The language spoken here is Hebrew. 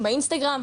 באינטסגרם,